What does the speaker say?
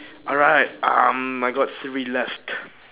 alright um I got three left